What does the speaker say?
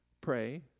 pray